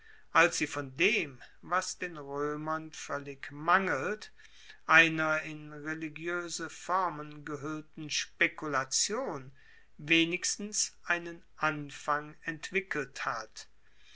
als sie von dem was den roemern voellig mangelt einer in religioese formen gehuellten spekulation wenigstens einen anfang entwickelt hat